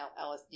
LSD